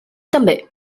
també